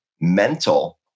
mental